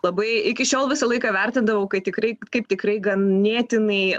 labai iki šiol visą laiką vertindavau kad tikrai kaip tikrai ganėtinai